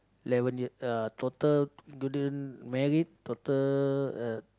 eleven years uh total including married total uh